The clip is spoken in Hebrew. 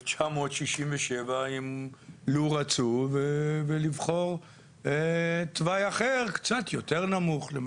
מ-1967 לו רצו ולבחור תוואי אחר קצת יותר נמוך על מדרון,